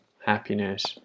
happiness